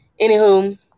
anywho